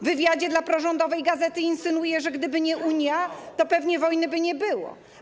W wywiadzie dla prorządowej gazety insynuuje, że gdyby nie Unia, to pewnie wojny by nie było.